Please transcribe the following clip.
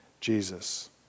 Jesus